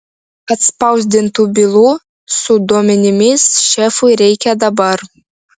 atspausdintų bylų su duomenimis šefui reikia dabar